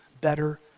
better